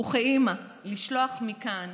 וכאימא לשלוח מכאן